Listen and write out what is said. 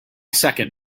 second